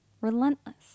Relentless